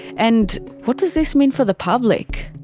and what does this mean for the public?